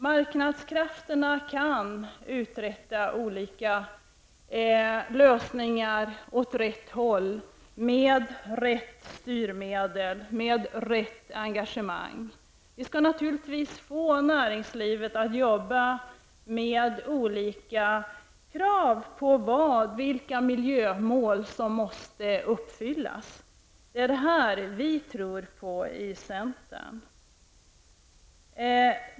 Marknadskrafterna kan åstadkomma olika lösningar åt rätt håll med rätt styrmedel och med rätt engagemang. Vi vill naturligtvis få näringslivet att gå med på olika krav på miljömål som måste uppfyllas. Detta är vad vi tror på i centern.